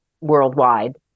worldwide